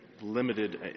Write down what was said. limited